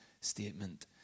statement